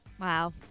Wow